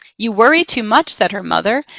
you worry too much, said her mother.